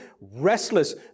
restless